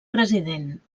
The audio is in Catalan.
president